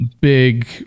Big